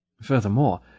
Furthermore